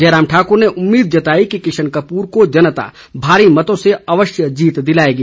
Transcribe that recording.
जयराम ठाकुर ने उम्मीद जताई कि किशन कपूर को जनता भारी मतों से अवश्य जीत दिलाएगी